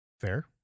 Fair